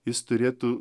jis turėtų